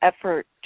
effort